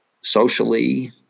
socially